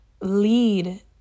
lead